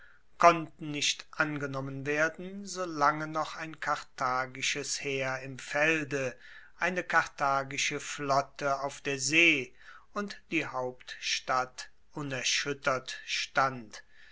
konnten nicht angenommen werden solange noch ein karthagisches heer im felde eine karthagische flotte auf der see und die hauptstadt unerschuettert stand